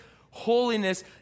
holiness